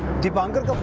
deepankar's